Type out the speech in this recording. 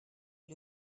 est